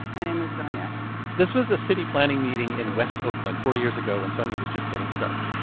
my name is sonja this was a city planning meeting in west oakland four years ago when sonja was just getting started.